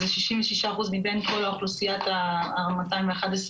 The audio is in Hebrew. זה 66% מבין כל אוכלוסיית ה-211,